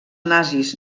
nazis